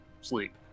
sleep